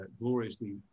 gloriously